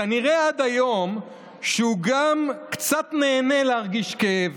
כנראה עד היום, שהוא גם קצת נהנה להרגיש כאב.